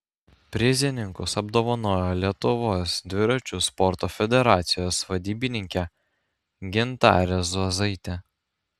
prizininkus apdovanojo lietuvos dviračių sporto federacijos vadybininkė gintarė zuozaitė